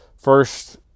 First